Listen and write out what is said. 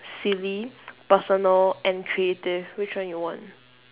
silly personal and creative which one you want